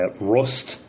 Rust